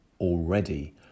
already